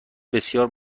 بسیار